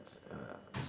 uh